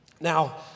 Now